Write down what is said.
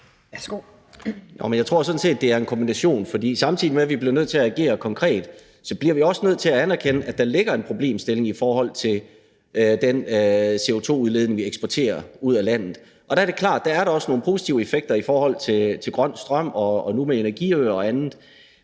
Jeg tror sådan set, at det er en kombination, for samtidig med at vi bliver nødt til at agere konkret, bliver vi også nødt til at anerkende, at der ligger en problemstilling i forhold til den CO2-udledning, vi eksporterer ud af landet. Og det er klart, at der også der er nogle positive effekter i forhold til grøn strøm og nu med energiøer og andet.